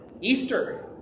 Easter